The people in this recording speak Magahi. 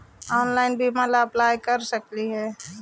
ऑनलाइन बीमा ला अप्लाई कर सकली हे?